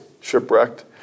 shipwrecked